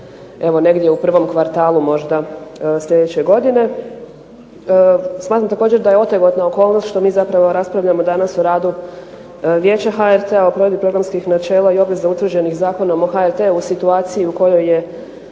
nego u prvom kvartalu možda sljedeće godine. Smatram da je također otegotna okolnost što mi danas zapravo raspravljamo o radu Vijeća HRT-a i provedbi programskih načela i obvezi utvrđenih Zakonom o HRT-u u situaciji u kojoj